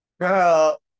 Girl